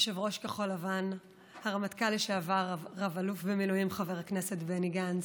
יושב-ראש כחול לבן הרמטכ"ל לשעבר רב-אלוף במילואים חבר הכנסת בני גנץ,